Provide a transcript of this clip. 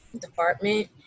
department